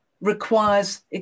requires